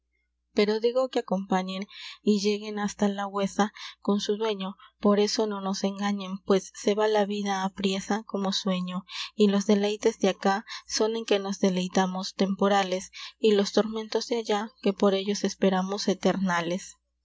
pero digo que acompañen y lleguen hasta la huessa con su dueño por eso no nos engañen pues se va la vida apriessa como sueño y los deleytes de aca son en que nos deleytamos temporales y los tormentos de alla que por ellos esperamos eternales